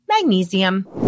magnesium